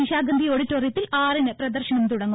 നിശാഗന്ധി ഓഡിറ്റോറിയത്തിൽ ആറിന് പ്രദർശനം തുടങ്ങും